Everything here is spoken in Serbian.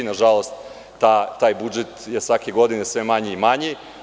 Nažalost taj budžet je svake godine sve manji i manji.